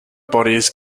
bodies